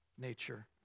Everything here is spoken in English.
nature